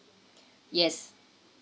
yes